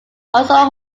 also